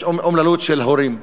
יש אומללות של הורים.